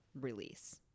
release